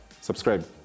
subscribe